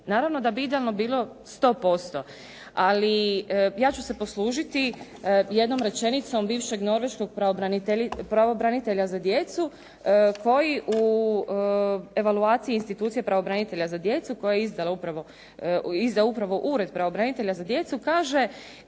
Naravno da bi idealno bilo 100%, ali ja ću se poslužiti jednom rečenicom bivšeg norveškog pravobranitelja za djecu koji u evaluaciji institucije pravobranitelja za djecu koju je izdao upravo Ured pravobranitelja za djecu kaže